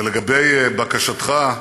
ולגבי בקשתך,